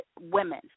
women